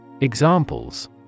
Examples